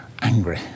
angry